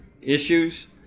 issues